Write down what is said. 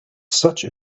such